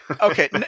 Okay